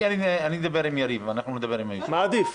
מה עדיף?